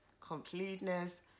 completeness